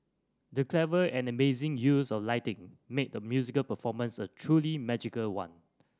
the clever and amazing use of lighting made the musical performance a truly magical one